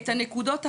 את הנקודות החמות,